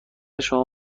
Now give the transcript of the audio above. شما